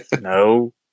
no